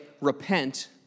repent